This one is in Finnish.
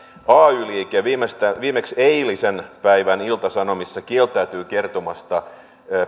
ay liike viimeksi eilisen päivän ilta sanomissa kieltäytyi kertomasta